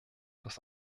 dass